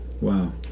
Wow